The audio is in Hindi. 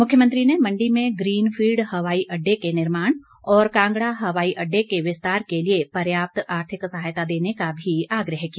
मुख्यमंत्री ने मण्डी में ग्रीनफील्ड हवाई अड़डे के निर्माण और कांगड़ा हवाई अड्डे के विस्तार के लिए पर्याप्त आर्थिक सहायता देने का भी आग्रह किया